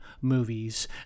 movies